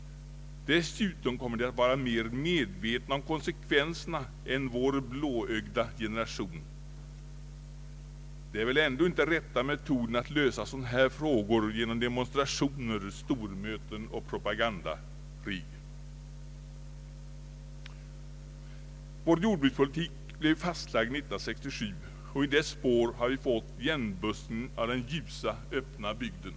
Dessutom kommer de att vara mer medvetna om konsekvenserna än vår Dblåögda generation. Rätta metoden att lösa dylika frågor är väl ändå inte att använda demonstrationer, stormöten och propaganda! Vår jordbrukspolitik blev fastlagd 1967. I dess spår har vi fått igenbuskningen av den ljusa, öppna bygden.